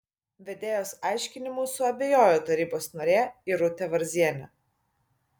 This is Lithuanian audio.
vedėjos aiškinimu suabejojo tarybos narė irutė varzienė